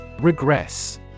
Regress